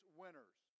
winners